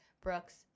Brooks